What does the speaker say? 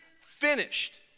finished